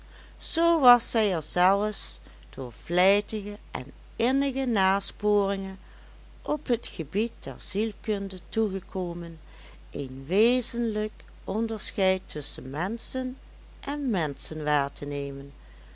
zoo was zij er zelfs door vlijtige en innige nasporingen op het gebied der zielkunde toe gekomen een wezenlijk onderscheid tusschen menschen en menschen waar te nemen